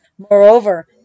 Moreover